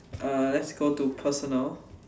uh let's go to personal